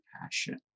passion